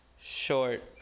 short